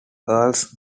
earls